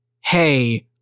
hey